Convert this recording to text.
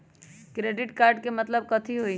Credit card के मतलब कथी होई?